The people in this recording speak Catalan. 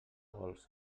vols